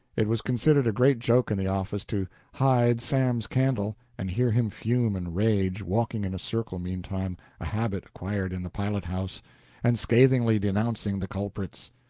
it was considered a great joke in the office to hide sam's candle and hear him fume and rage, walking in a circle meantime a habit acquired in the pilothouse and scathingly denouncing the culprits.